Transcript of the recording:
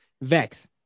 vex